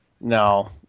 No